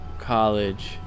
college